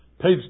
Page